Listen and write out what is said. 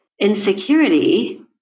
insecurity